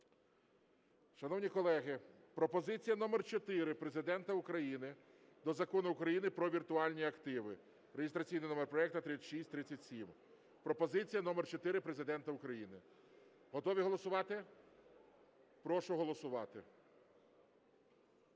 Шановні колеги, пропозиція номер 4 Президента України до Закону України "Про віртуальні активи" (реєстраційний номер проекту 3637). Пропозиція номер 4 Президента України. Готові голосувати? Прошу голосувати.